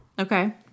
Okay